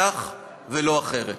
כך ולא אחרת.